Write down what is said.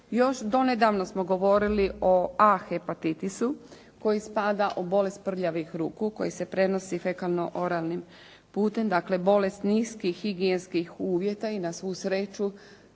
Još donedavno smo govorili o A hepatitisu koji spada u bolest prljavih ruku koji se prenosi fekalno-oralnim putem, dakle bolest niskih higijenskih uvjeta i na svu sreću